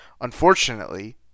Unfortunately